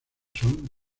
son